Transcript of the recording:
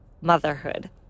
motherhood